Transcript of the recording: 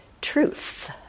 truth